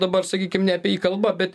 dabar sakykim ne apie jį kalba bet